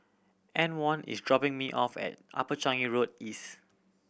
Antwon is dropping me off at Upper Changi Road East